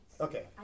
Okay